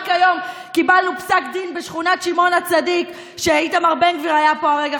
רק היום קיבלנו פסק דין בשכונת שמעון הצדיק איתמר בן גביר היה פה הרגע,